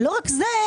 ולא רק זה,